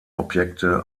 objekte